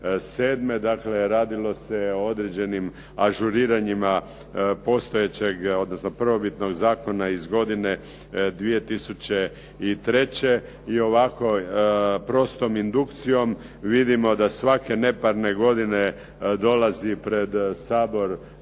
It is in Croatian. dakle radilo se o određenim ažuriranjima postojećeg odnosno prvobitnog zakona iz godine 2003. i ovako prostom indukcijom vidimo da svake neparne godine dolazi pred Sabor